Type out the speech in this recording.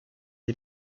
des